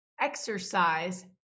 exercise